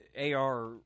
AR